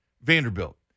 Vanderbilt